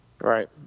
right